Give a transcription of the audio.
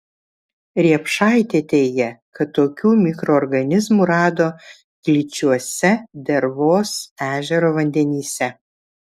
riepšaitė teigia kad tokių mikroorganizmų rado gličiuose dervos ežero vandenyse